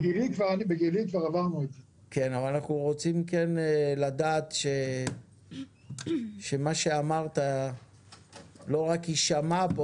אנחנו רוצים לדעת שמה שאמרת לא רק יישמע פה